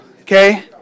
okay